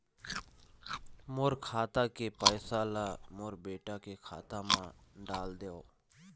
मोर खाता के पैसा ला मोर बेटा के खाता मा डाल देव?